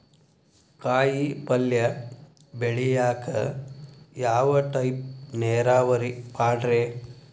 ಕಾಯಿಪಲ್ಯ ಬೆಳಿಯಾಕ ಯಾವ ಟೈಪ್ ನೇರಾವರಿ ಪಾಡ್ರೇ?